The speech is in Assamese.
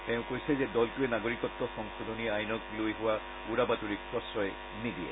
তেওঁ কৈছে যে দলটোৱে নাগৰিকত্ব সংশোধনী আইনক লৈ হোৱা উৰা বাতৰিক প্ৰশ্ৰয় নিদিয়ে